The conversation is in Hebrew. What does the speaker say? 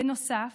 בנוסף,